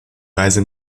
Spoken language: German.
reise